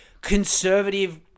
conservative